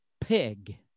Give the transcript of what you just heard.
Pig